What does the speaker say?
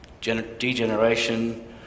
degeneration